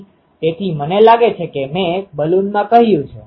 તેથી મને લાગે છે કે મેં બલુનમાં કહ્યું છે